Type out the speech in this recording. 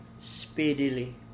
speedily